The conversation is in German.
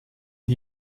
die